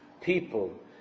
people